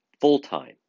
full-time